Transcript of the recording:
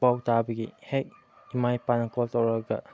ꯄꯥꯎ ꯇꯥꯕꯒꯤ ꯍꯦꯛ ꯏꯃꯥ ꯏꯄꯥꯅ ꯀꯣꯜ ꯇꯧꯔꯛꯑꯒ